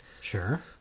Sure